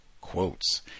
quotes